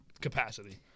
capacity